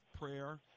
prayer